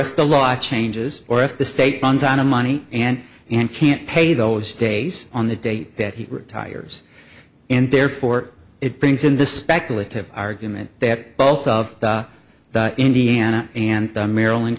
if the law changes or if the state runs out of money and and can't pay those days on the day that he retires and therefore it brings in the speculative argument that both of the indiana and the maryland